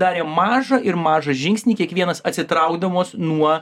darė mažą ir mažą žingsnį kiekvienas atsitraukdamas nuo